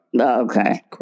Okay